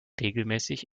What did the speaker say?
regelmäßig